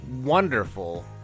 wonderful